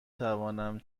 توانم